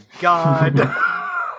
god